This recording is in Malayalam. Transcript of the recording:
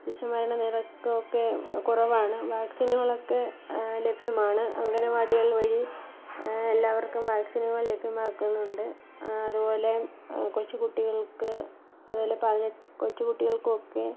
ശിശുമരണ നിരക്കൊക്കെ കുറവാണ് വാക്സിനുകളൊക്കെ ലഭ്യമാണ് അംഗനവാടികൾ വഴി എല്ലാവർക്കും വാക്സിനുകൾ ലഭ്യമാക്കുന്നുണ്ട് അതുപോലെ കൊച്ചു കുട്ടികൾക്ക് അതുപോലെ പതിനെട്ട് കൊച്ചു കുട്ടികൾക്കൊക്കെ